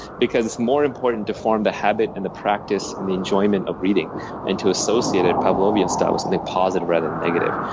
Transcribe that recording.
because it's more important to form the habit and the practice and the enjoyment of reading and to associate it pavlovian style with and something positive rather than negative.